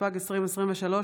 התשפ"ג 2023,